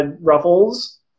Ruffles